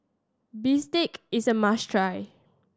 bistake is a must try